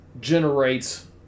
generates